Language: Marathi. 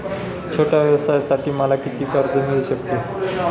छोट्या व्यवसायासाठी मला किती कर्ज मिळू शकते?